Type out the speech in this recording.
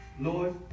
Lord